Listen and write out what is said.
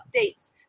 updates